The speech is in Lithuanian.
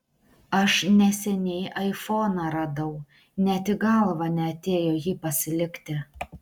aš neseniai aifoną radau net į galvą neatėjo jį pasilikti